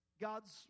God's